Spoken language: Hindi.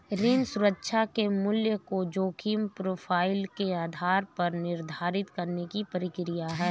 ऋण सुरक्षा के मूल्य को जोखिम प्रोफ़ाइल के आधार पर निर्धारित करने की प्रक्रिया है